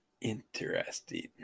Interesting